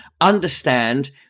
understand